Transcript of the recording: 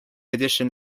addition